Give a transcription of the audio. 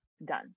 done